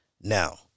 now